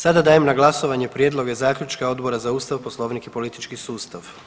Sada dajem na glasovanje Prijedloge Zaključka Odbora za Ustav, Poslovnik i politički sustav.